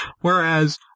Whereas